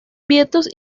vientos